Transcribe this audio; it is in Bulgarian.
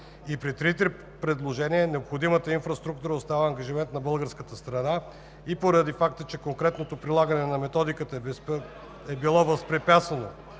и при трите предложения необходимата инфраструктура остава ангажимент на българската страна; и поради факта, че коректното прилагане на Методиката е било възпрепятствано,